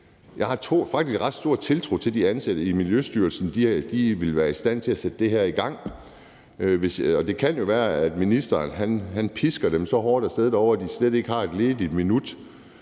Jeg har faktisk ret stor tiltro til, at de ansatte i Miljøstyrelsen ville være i stand til at sætte det her i gang, og det kan jo være, at ministeren pisker dem så hårdt af sted derovre, at de slet ikke har et ledigt minut.